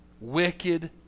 Wicked